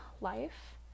life